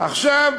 עכשיו,